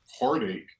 heartache